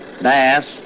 Bass